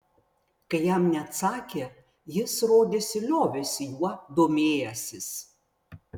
kai jam neatsakė jis rodėsi liovėsi juo domėjęsis